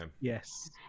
Yes